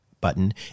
button